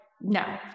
no